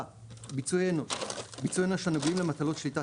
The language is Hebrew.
ביצועי אנוש - ביצועי אנוש הנוגעים למטלות שליטה